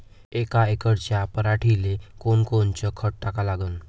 यका एकराच्या पराटीले कोनकोनचं खत टाका लागन?